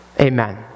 Amen